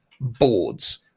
boards